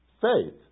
Faith